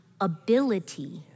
ability